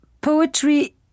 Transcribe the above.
poetry